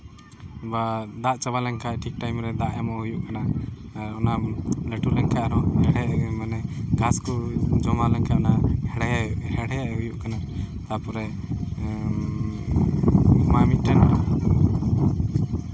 ᱵᱟ ᱫᱟᱜ ᱪᱟᱵᱟ ᱞᱮᱱ ᱠᱷᱟᱡ ᱴᱷᱤᱠ ᱴᱟᱭᱤᱢ ᱨᱮ ᱢᱟᱱᱮ ᱫᱟᱜ ᱮᱢᱚᱜ ᱦᱩᱭᱩᱜ ᱠᱟᱱᱟ ᱟᱨ ᱚᱱᱟ ᱞᱟᱹᱴᱩ ᱞᱮᱱ ᱠᱷᱟᱡ ᱟᱨᱦᱚᱸ ᱦᱮᱬᱦᱮᱫ ᱞᱟᱹᱜᱤᱫ ᱢᱟᱱᱮ ᱜᱷᱟᱸᱥ ᱠᱚ ᱡᱚᱢᱟ ᱞᱮᱱᱠᱷᱟᱱ ᱦᱮᱲᱦᱮᱫ ᱦᱮᱲᱦᱮᱫ ᱦᱩᱭᱩᱜ ᱠᱟᱱᱟ ᱛᱟᱯᱚᱨᱮ ᱚᱱᱟ ᱢᱤᱫᱴᱮᱱ